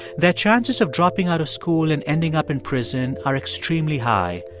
their chances of dropping out of school and ending up in prison are extremely high,